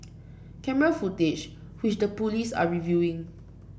camera footage which the police are reviewing